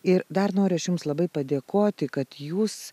ir dar noriu aš jums labai padėkoti kad jūs